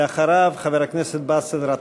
אחריו, חבר הכנסת באסל גטאס.